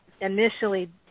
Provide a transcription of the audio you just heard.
initially